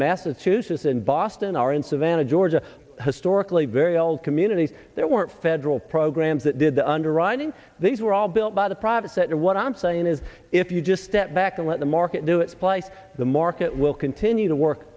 massachusetts in boston or in savannah georgia historically very old communities there weren't federal programs that did the underwriting these were all built by the private sector what i'm saying is if you just step back and let the market do its place the market will continue to work